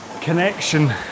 connection